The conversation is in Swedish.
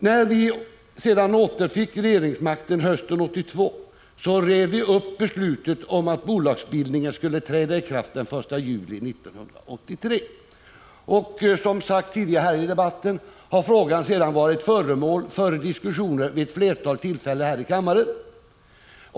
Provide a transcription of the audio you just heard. När vi sedan återfick regeringsmakten hösten 1982, rev vi upp beslutet om att bolagsbildningen skulle träda i kraft den 1 juli 1983. Som sagts tidigare i denna debatt har frågan därefter varit föremål för diskussioner vid ett flertal tillfällen här i kammaren.